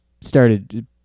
started